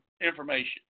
information